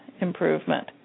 improvement